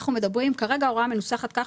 כרגע ההוראה מנוסחת כך